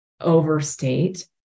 overstate